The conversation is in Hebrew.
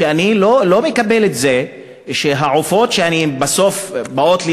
שאני לא מקבל את זה שהעופות שבסוף באים לי